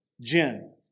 Jen